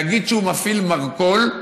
נגיד שהוא מפעיל מרכול,